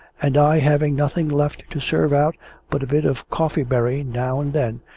and i having nothing left to serve out but a bit of coffee-berry now and then,